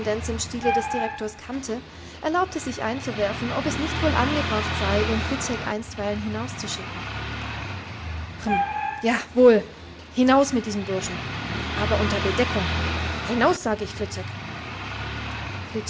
im stile des direktors kannte erlaubte sich einzuwerfen ob es nicht wohl angebracht sei den fliczek einstweilen hinauszuschicken rhm ja ja wohl hinaus mit diesem burschen aber unter bedeckung hinaus sag ich fliczek